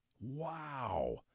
wow